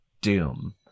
doom